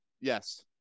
Yes